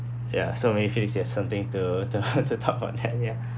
ya so maybe philips you have something to to to talk on hand ya